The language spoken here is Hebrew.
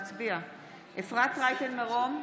אפרת רייטן מרום,